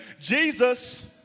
Jesus